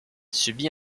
subit